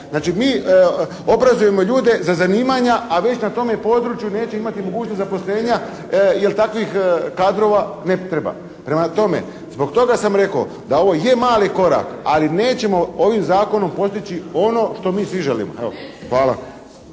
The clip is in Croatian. Znači, mi obrazujemo ljude za zanimanja a već na tome području neće imati mogućnost zaposlenja jer takvih kadrova ne treba. Prema tome, zbog toga sam rekao da ovo je mali korak ali nećemo ovim zakonom postići ono što mi svi želimo. Evo.